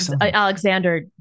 Alexander